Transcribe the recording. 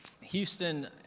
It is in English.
Houston